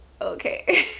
Okay